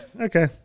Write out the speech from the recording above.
Okay